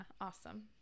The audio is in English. Awesome